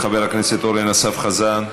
חבר הכנסת אורן אסף חזן,